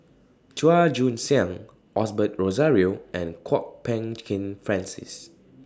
Chua Joon Siang Osbert Rozario and Kwok Peng Kin Francis